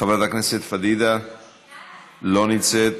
חברת הכנסת פדידה לא נמצאת,